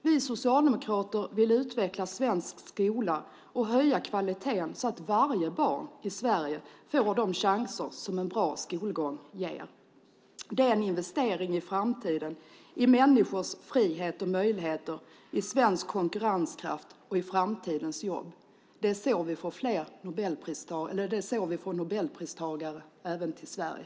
Vi socialdemokrater vill utveckla svensk skola och höja kvaliteten så att varje barn i Sverige får de chanser som en bra skolgång ger. Det är en investering i framtiden, i människors frihet och möjligheter, i svensk konkurrenskraft och i framtidens jobb. Det är så vi får Nobelpristagare även från Sverige.